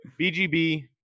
BGB